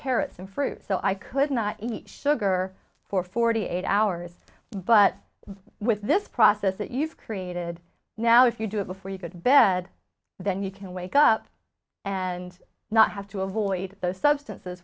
carrots and fruit so i could not eat sugar for forty eight hours but with this process that you've created now if you do it before you could bed then you can wake up and not have to avoid those substances